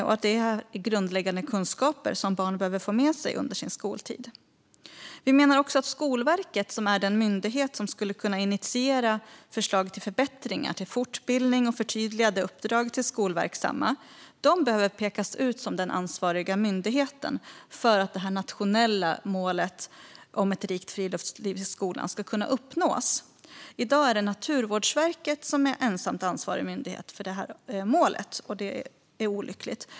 Det här är en grundläggande kunskap som barn behöver få med sig under sin skoltid. Vänsterpartiet menar också att Skolverket, som är den myndighet som skulle kunna initiera förslag till förbättringar, fortbildning och förtydligade uppdrag till skolverksamma, behöver pekas ut som ansvarig myndighet för att det nationella målet Ett rikt friluftsliv i skolan ska uppnås. I dag är Naturvårdsverket ensam ansvarig myndighet för målet, vilket är olyckligt.